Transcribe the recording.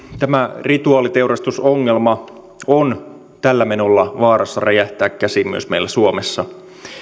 tämä rituaaliteurastusongelma on tällä menolla vaarassa räjähtää käsiin myös meillä suomessa